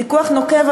ויכוח נוקב,